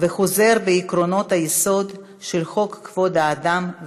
וחוזר בעקרונות היסוד של חוק-יסוד: